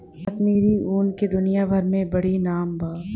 कश्मीरी ऊन के दुनिया भर मे बाड़ी नाम बा